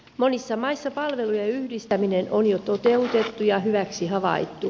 monissa maissa palvelujen yhdistäminen on jo toteutettu ja hyväksi havaittu